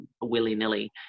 willy-nilly